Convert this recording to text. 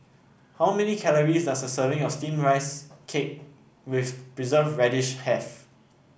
how many calories does a serving of steamed Rice Cake with Preserved Radish have